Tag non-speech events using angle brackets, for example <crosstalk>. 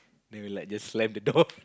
then we like <laughs> just slam the door